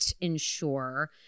ensure